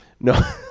No